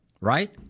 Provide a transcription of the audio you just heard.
Right